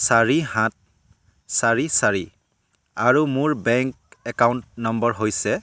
চাৰি সাত চাৰি চাৰি আৰু মোৰ বেংক একাউণ্ট নম্বৰ হৈছে